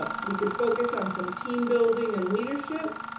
we could focus on some team building and leadership,